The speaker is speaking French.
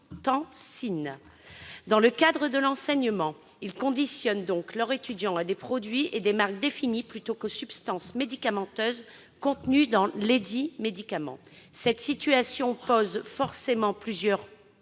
Dans le cadre de l'enseignement, ils conditionnent donc leurs étudiants à l'emploi de produits et de marques définis plutôt qu'à celui des substances médicamenteuses contenues dans lesdits médicaments. Cette situation pose forcément plusieurs